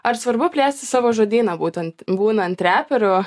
ar svarbu plėsti savo žodyną būtent būnant reperiu